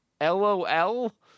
LOL